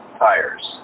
tires